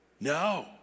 No